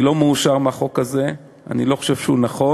אני לא מאושר מהחוק הזה, אני לא חושב שהוא נכון,